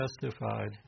testified